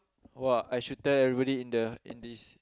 !wah! I should tell everybody in the in this